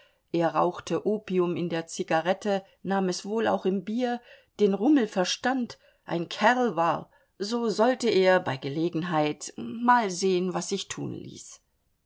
er rauchte opium in der zigarette nahm es wohl auch im bier den rummel verstand ein kerl war so sollte er bei gelegenheit mal sehen was sich tun ließ